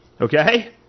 okay